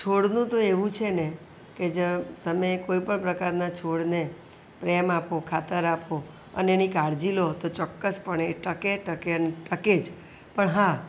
છોડનું તો એવું છે ને કે જો તમે કોઈપણ પ્રકારના છોડને પ્રેમ આપો ખાતર આપો અને એની કાળજી લો તો ચોક્કસ પણે એ ટકે ટકે અને ટકે જ પણ હા